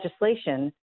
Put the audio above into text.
legislation